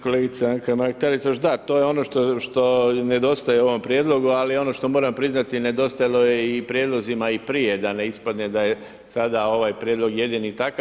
Kolegica Anka Mrak-Taritaš da, to je ono što nedostaje u ovom prijedlogu, ali ono što moram priznati nedostajalo je u prijedlozima i prije, da ne ispadne da je sada ovaj prijedlog jedini takav.